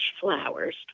flowers